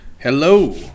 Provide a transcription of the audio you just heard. hello